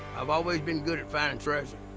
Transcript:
i've always been good at finding treasure,